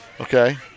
Okay